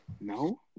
No